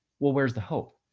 where's the hope?